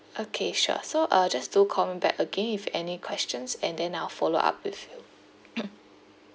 okay sure so uh just do call me back again if any questions and then I'll follow up with you